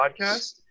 podcast